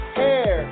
hair